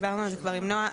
דיברנו על זה כבר עם נעה.